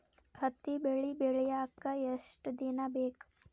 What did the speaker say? ಹತ್ತಿ ಬೆಳಿ ಬೆಳಿಯಾಕ್ ಎಷ್ಟ ದಿನ ಬೇಕ್?